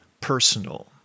personal